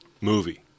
movie